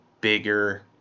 bigger